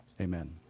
Amen